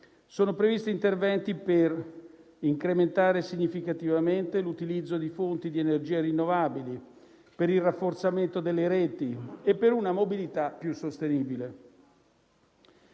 sono previsti interventi per incrementare significativamente l'utilizzo di fonti di energia rinnovabili, per il rafforzamento delle reti e una mobilità più sostenibile.